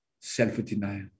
Self-denial